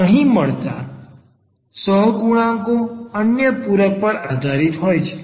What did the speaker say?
અહીં મળતા સહગુણાંકો અન્ય પૂરક પર આધારિત હોય છે